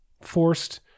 forced